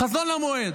חזון למועד.